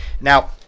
Now